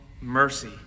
mercy